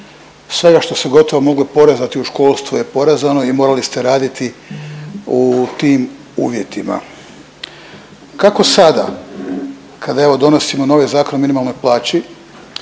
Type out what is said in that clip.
svega što se gotovo moglo porezati u školstvu je porezano i morali ste raditi u tim uvjetima. Kako sada kada evo, donosimo novi Zakon o minimalnoj plaći